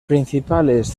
principales